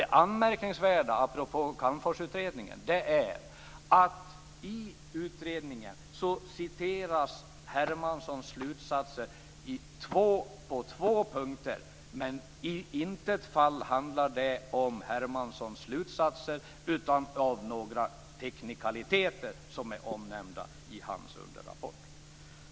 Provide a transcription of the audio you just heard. Det anmärkningsvärda, apropå Calmforsutredningen, är att i utredningen citeras Hermanssons rapport på två punkter, men i intet fall handlar det om Hermanssons slutsatser i sig utan om några teknikaliteter som nämns i hans underrapport.